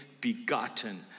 begotten